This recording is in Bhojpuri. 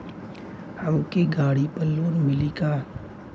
हमके गाड़ी पर लोन मिली का?